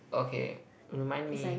okay remind me